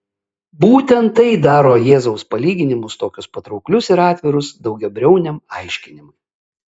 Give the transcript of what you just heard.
būtent tai daro jėzaus palyginimus tokius patrauklius ir atvirus daugiabriauniam aiškinimui